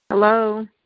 Hello